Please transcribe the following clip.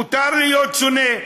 מותר להיות שונה.